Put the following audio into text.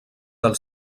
del